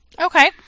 Okay